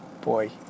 boy